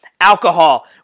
alcohol